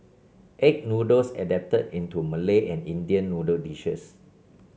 egg noodles adapted into Malay and Indian noodle dishes